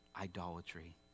idolatry